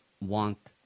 want